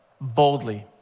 Boldly